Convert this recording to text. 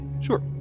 Sure